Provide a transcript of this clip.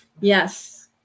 Yes